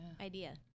idea